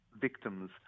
victims